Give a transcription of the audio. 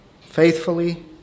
Faithfully